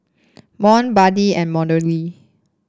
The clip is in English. Mont Buddy and Melodee